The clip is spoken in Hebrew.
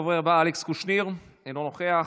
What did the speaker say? הדובר הבא, אלכס קושניר, אינו נוכח.